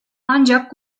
ancak